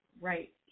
right